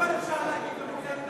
קודם כול אפשר להגיד זו מדינה יהודית,